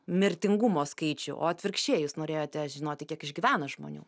mirtingumo skaičių o atvirkščiai jūs norėjote žinoti kiek išgyvena žmonių